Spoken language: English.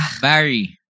Barry